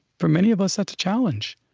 for many of us, that's a challenge.